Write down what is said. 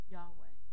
Yahweh